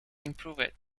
improved